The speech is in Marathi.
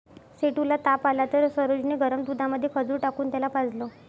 सेठू ला ताप आला तर सरोज ने गरम दुधामध्ये खजूर टाकून त्याला पाजलं